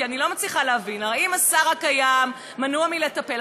כי אני לא מצליחה להבין: הרי אם השר הקיים מנוע מלטפל,